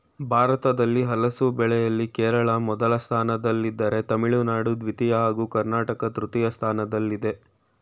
ಭಾರತದಲ್ಲಿ ಹಲಸು ಬೆಳೆಯಲ್ಲಿ ಕೇರಳ ಮೊದಲ ಸ್ಥಾನದಲ್ಲಿದ್ದರೆ ತಮಿಳುನಾಡು ದ್ವಿತೀಯ ಹಾಗೂ ಕರ್ನಾಟಕ ತೃತೀಯ ಸ್ಥಾನದಲ್ಲಯ್ತೆ